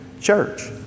church